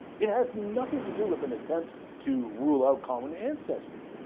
it has nothing to do with an attempt to rule out common ancestry,